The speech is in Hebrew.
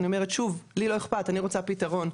אני אומרת שוב, לי לא אכפת, אני רוצה פתרון,